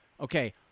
okay